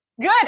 Good